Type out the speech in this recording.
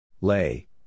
Lay